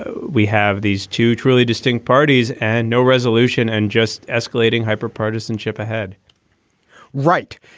ah we have these two truly distinct parties and no resolution and just escalating hyper partisanship ahead right.